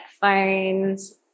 phones